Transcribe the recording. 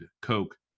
coke